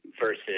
versus